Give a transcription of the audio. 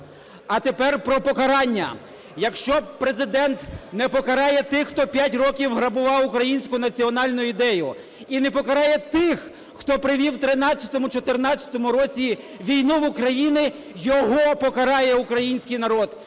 А тепер про покарання. Якщо Президент не покарає тих, хто п'ять років грабував українську національну ідею, і не покарає тих, хто привів в 2013-2014 році війну в Україну, його покарає український народ.